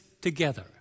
together